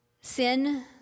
Sin